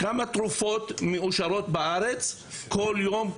כמה תרופות מאושרות בארץ כל יום,